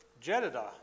Jedidah